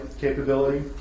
capability